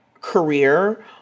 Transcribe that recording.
career